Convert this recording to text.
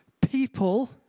people